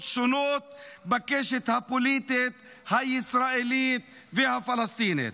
שונות בקשת הפוליטית הישראלית והפלסטינית.